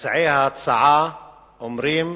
מציעי ההצעה אומרים: